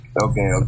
okay